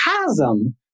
chasm